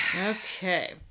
Okay